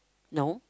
no